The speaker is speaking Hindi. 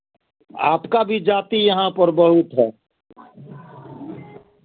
आपका भी जाति यहाँ पर बहुत है